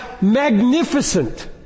magnificent